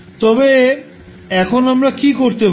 তবে এখন আমরা কী করতে পারি